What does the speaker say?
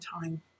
time